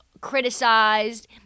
criticized